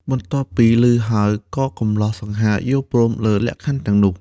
បន្ទាប់ពីឮហើយក៏កម្លោះសង្ហាយល់ព្រមលើលក្ខខណ្ឌទាំងនោះ។